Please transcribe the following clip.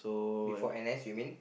before N_S you mean